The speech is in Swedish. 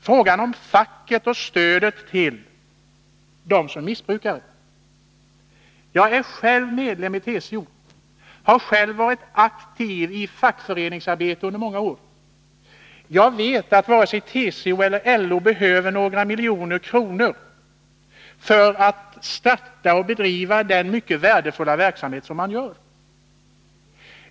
Det gäller först frågan om stödet till facket för arbetet med dem som är missbrukare. Jag är själv medlem i TCO och har varit aktiv i fackföreningsarbetet under många år. Jag vet att varken TCO eller LO behöver några miljoner kronor för att bedriva den här mycket värdefulla verksamheten.